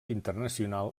internacional